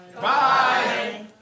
Bye